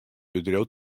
bedriuw